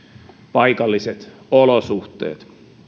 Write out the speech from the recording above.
paikalliset olosuhteet